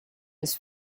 his